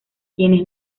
quienes